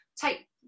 take